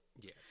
Yes